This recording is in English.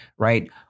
Right